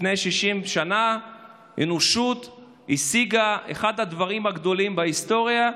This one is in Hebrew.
לפני 60 שנה האנושות השיגה את אחד הדברים הגדולים בהיסטוריה.